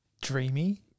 dreamy